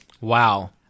Wow